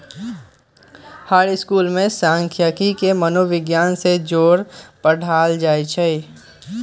हर school में सांखियिकी के मनोविग्यान से जोड़ पढ़ायल जाई छई